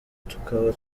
tukaba